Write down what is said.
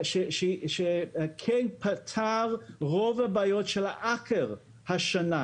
שכן פתר את רוב הבעיות של העכר השנה.